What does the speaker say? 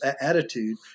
attitude